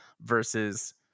versus